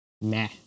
meh